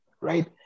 right